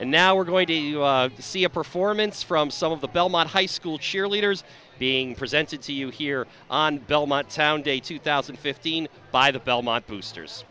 and now we're going to see a performance from some of the belmont high school cheerleaders being presented to you here on belmont town day two thousand and fifteen by the belmont boosters